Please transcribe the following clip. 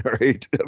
Right